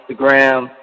Instagram